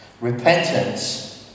Repentance